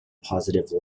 positive